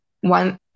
one